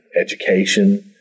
education